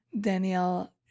Danielle